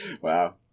Wow